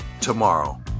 tomorrow